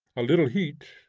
a little heat,